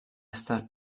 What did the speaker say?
estat